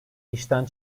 işten